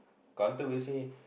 counter will say